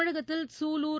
தமிழகத்தில் சூலூர்